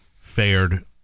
fared